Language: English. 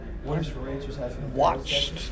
watched